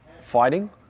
fighting